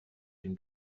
dem